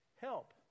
help